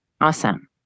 Awesome